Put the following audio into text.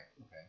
okay